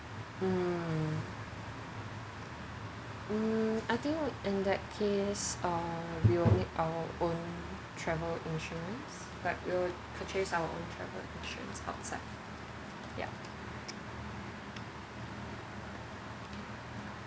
mm mm I think in that case ah we will need our own travel insurance but we'll purchase our own travel insurance outside